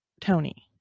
Tony